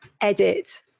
edit